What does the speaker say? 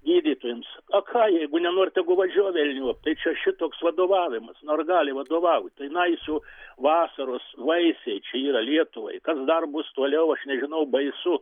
gydytojams a ką jeigu nenori tegu važiuoja velniop tai čia šitoks vadovavimas nu ar gali vadovauti tai naisių vasaros vaisiai čia yra lietuvai kas dar bus toliau aš nežinau baisu